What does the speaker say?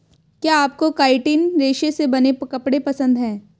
क्या आपको काइटिन रेशे से बने कपड़े पसंद है